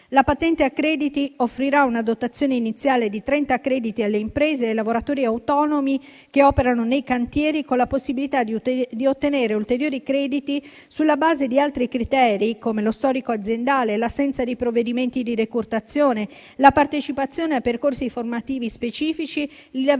La patente a crediti offrirà una dotazione iniziale di 30 crediti alle imprese e ai lavoratori autonomi che operano nei cantieri, con la possibilità di ottenere ulteriori crediti sulla base di altri criteri, come lo storico aziendale e l'assenza di provvedimenti di decurtazione, la partecipazione a percorsi formativi specifici, l'avvio di